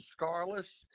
Scarless